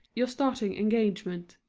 your starting engagement.